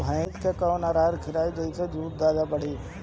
भइस के कवन आहार खिलाई जेसे दूध बढ़ी?